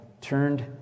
turned